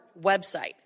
website